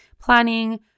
planning